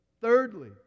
thirdly